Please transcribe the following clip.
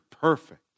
perfect